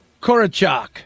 Korachak